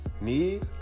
need